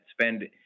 spend